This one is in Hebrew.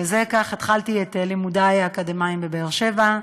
וכך התחלתי את לימודי האקדמיים באר-שבע,